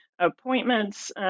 appointments